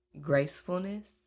gracefulness